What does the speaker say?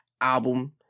album